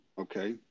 okay